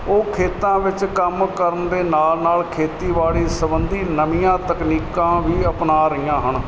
ਉਹ ਖੇਤਾਂ ਵਿੱਚ ਕੰਮ ਕਰਨ ਦੇ ਨਾਲ ਨਾਲ ਖੇਤੀਬਾੜੀ ਸਬੰਧੀ ਨਵੀਆਂ ਤਕਨੀਕਾਂ ਵੀ ਅਪਣਾ ਰਹੀਆਂ ਹਨ